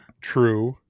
True